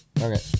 okay